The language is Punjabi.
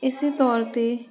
ਇਸੇ ਤੌਰ 'ਤੇ